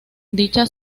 dicha